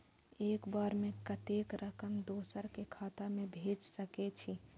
एक बार में कतेक रकम दोसर के खाता में भेज सकेछी?